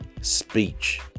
speech